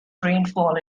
rainfall